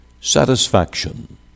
satisfaction